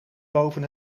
boven